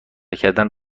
کردن